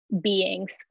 beings